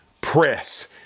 press